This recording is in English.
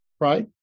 right